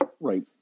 Right